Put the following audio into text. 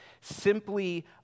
simply